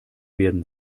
werden